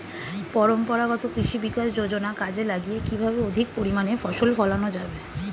পরম্পরাগত কৃষি বিকাশ যোজনা কাজে লাগিয়ে কিভাবে অধিক পরিমাণে ফসল ফলানো যাবে?